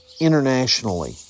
internationally